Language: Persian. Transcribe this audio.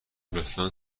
لطفا